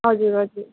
हजुर हजुर